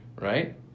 right